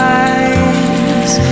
eyes